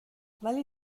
ولی